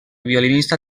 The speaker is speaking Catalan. violinista